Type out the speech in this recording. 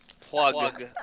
plug